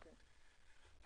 אוקיי.